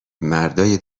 مردای